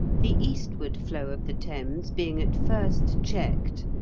the eastward flow of the thames being at first checked,